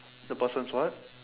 the person's what